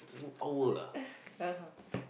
yeah